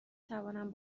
توانم